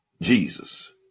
Jesus